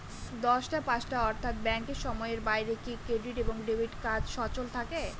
দশটা পাঁচটা অর্থ্যাত ব্যাংকের সময়ের বাইরে কি ক্রেডিট এবং ডেবিট কার্ড সচল থাকে?